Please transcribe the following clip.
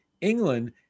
England